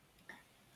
אירוח משותף,